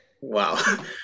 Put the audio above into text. Wow